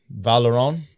valeron